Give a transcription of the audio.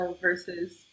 Versus